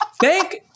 Thank